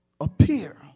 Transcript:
appear